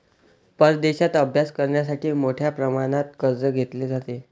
परदेशात अभ्यास करण्यासाठी मोठ्या प्रमाणात कर्ज घेतले जाते